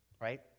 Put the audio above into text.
right